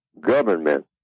government